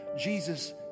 Jesus